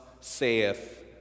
saith